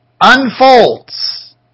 unfolds